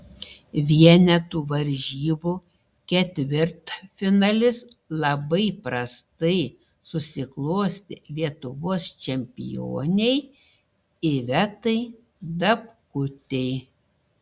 vienetų varžybų ketvirtfinalis labai prastai susiklostė lietuvos čempionei ivetai dapkutei